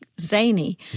zany